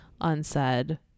unsaid